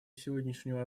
сегодняшнего